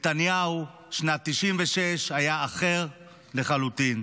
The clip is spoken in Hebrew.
נתניהו שנת 1996 היה אחר לחלוטין.